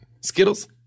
Skittles